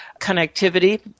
connectivity